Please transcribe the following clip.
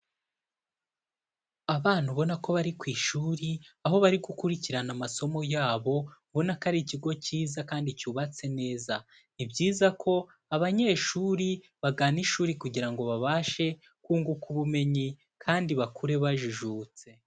Abana ubona ko bari ku ishuri aho bari gukurikirana amasomo yabo, ubona ko ari ikigo cyiza kandi cyubatse neza. Ni byiza ko abanyeshuri bagana ishuri kugira ngo babashe kunguka ubumenyi kandi bakure bajijutse.